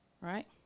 right